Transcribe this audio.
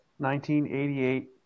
1988